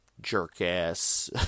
jerk-ass